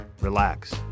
relax